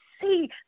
See